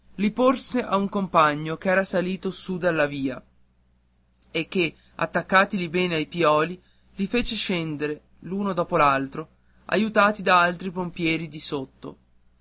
li porse a un compagno ch'era salito su dalla via e che attaccatili bene ai pioli li fece scendere l'un dopo l'altro aiutati da altri pompieri di sotto